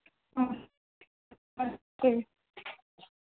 हाँ कोई